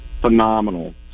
phenomenal